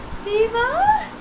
Viva